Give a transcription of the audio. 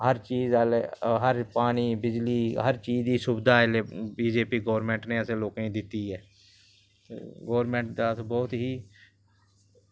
हर चीज़ अल हर पानी बिजली हर चीज़ दी सुविधा इसले बी जे पी गौरमैंट ने असें लोकें गी दित्ती ऐ गौरमैंट दे अस बहुत ही